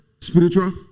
spiritual